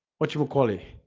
what you would call a